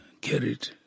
carried